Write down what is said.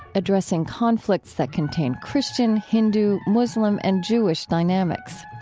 addressing conflicts that contain christian, hindu, muslim, and jewish dynamics.